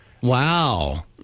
wow